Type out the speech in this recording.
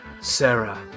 Sarah